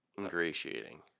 ingratiating